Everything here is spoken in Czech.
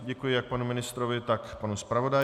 Děkuji jak panu ministrovi, tak panu zpravodaji.